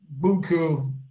Buku